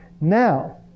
Now